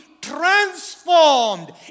transformed